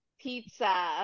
pizza